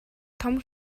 том